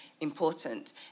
important